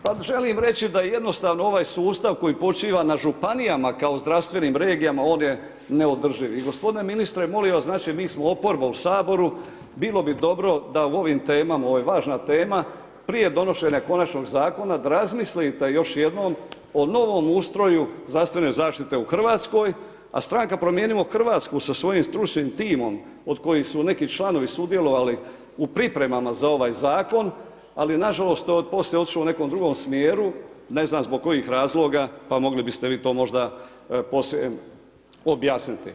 Pa želim reći da jednostavno ovaj sustav koji počiva na županijama kao zdravstvenim regijama on je neodrživ i gospodine ministre molim vas znači mi smo oporba u saboru bilo bi dobro da u ovim temama ovo je važna tema prije donošenja konačnog zakona da razmislite još jednom o novom ustroju zdravstvene zaštite u Hrvatskoj, a Stranka Promijenimo Hrvatsku sa svojim stručnim timom od kojih su neki članovi sudjelovali u pripremama za ovaj zakon, ali na žalost to je poslije otišlo u nekom drugom smjeru ne znam zbog kojih razloga pa mogli biste vi to možda objasniti.